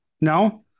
no